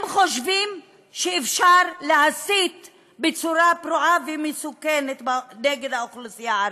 הם חושבים שאפשר להסית בצורה פרועה ומסוכנת נגד האוכלוסייה הערבית,